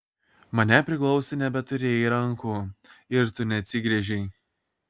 mane priglausti nebeturėjai rankų ir tu neatsigręžei